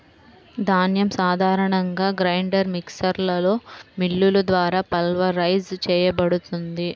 ధాన్యం సాధారణంగా గ్రైండర్ మిక్సర్లో మిల్లులు ద్వారా పల్వరైజ్ చేయబడుతుంది